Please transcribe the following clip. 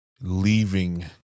leaving